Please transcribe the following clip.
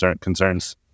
concerns